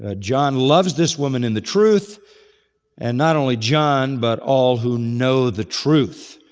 ah john loves this woman in the truth and not only john but all who know the truth.